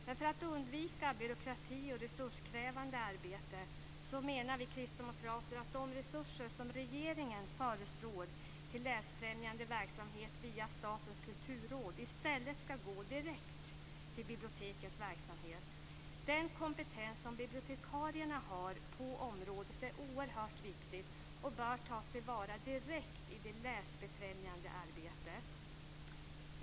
Men för att undvika byråkrati och resurskrävande arbete menar vi kristdemokrater att de resurser som regeringen föreslår till läsfrämjande verksamhet via Statens kulturråd i stället skall gå direkt till bibliotekens verksamhet. Den kompetens som bibliotekarierna har på området är oerhört viktig och bör tas till vara direkt i det läsfrämjande arbetet.